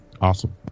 Awesome